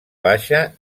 baixa